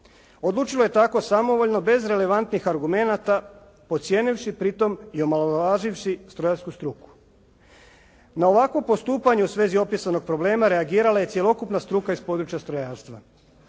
Odlučilo je tako samovoljno bez relevantnih argumenata ocijenivši pri tom i omalovaživši strojarsku struku. Na ovako postupanje u svezi opisanog problema, reagirala je cjelokupna struka iz područja strojarstva.